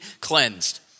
cleansed